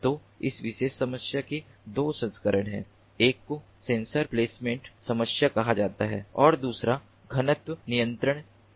तो इस विशेष समस्या के दो संस्करण हैं एक को सेंसर प्लेसमेंट समस्या कहा जाता है और दूसरा घनत्व नियंत्रण है